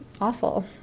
awful